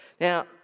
Now